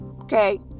okay